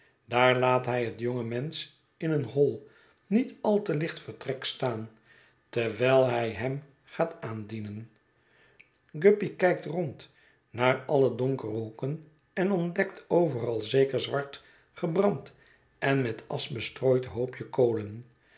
daar laat hij het jonge mensch in een hol niet al te licht vertrek staan terwijl hij hem gaat aandienen guppy kijkt rond naar alle donkere hoeken en ontdekt overal zeker zwart gebrand en met asch bestrooid hoopje kolen